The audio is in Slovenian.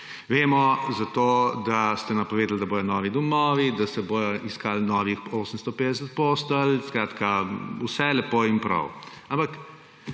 vemo. Vemo, da ste napovedali, da bodo novi domovi, da se bo iskalo novih 850 postelj. Skratka, vse lepo in prav. Ampak